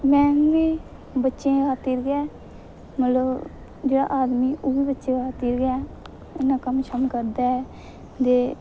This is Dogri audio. मेन बी बच्चें दी खातिर गै जेह्ड़ा आदमी ओह्बी बच्चें दी खातिर गै इन्ना कम्म करदा ऐ ते